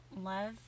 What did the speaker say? love